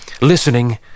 Listening